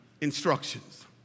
instructions